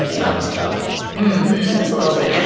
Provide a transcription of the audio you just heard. sounds tough just a little bit, yeah